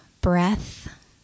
breath